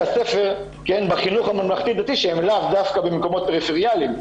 הספר בחינוך הממלכתי-דתי שהם לאו דווקא במקומות פריפריאליים,